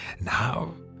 Now